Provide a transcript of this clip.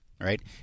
right